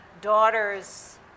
daughters